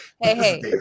Hey